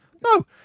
No